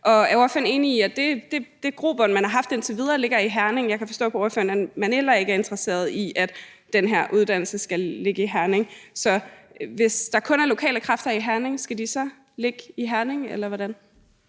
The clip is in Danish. og er ordføreren enig i, at den grobund, man har haft indtil videre, ligger i Herning? Jeg kan forstå på ordføreren, at man heller ikke er interesseret i, at den her uddannelse skal ligge i Herning. Så hvis der kun er lokale kræfter i Herning, skal det så ligge i Herning, eller hvordan?